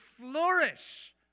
flourish